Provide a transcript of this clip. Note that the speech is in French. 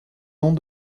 ans